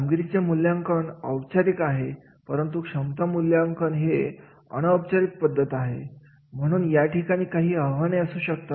कामगिरीचे मूल्यमापन औपचारिक आहे परंतु क्षमता मूल्यांकन हे अनौपचारिक पद्धत आहे म्हणून या ठिकाणी काही आव्हाने असू शकतात